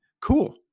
cool